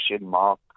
mark